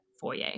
foyer